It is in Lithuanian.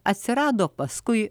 atsirado paskui